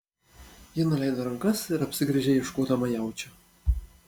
ji nuleido rankas ir apsigręžė ieškodama jaučio